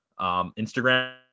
Instagram